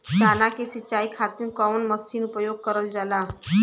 चना के सिंचाई खाती कवन मसीन उपयोग करल जाला?